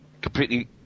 completely